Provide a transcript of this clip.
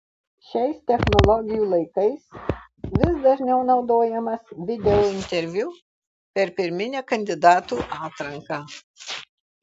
šiais technologijų laikais vis dažniau naudojamas videointerviu per pirminę kandidatų atranką